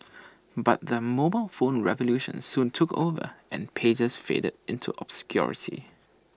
but the mobile phone revolution soon took over and pagers faded into obscurity